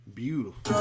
beautiful